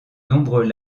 nombreux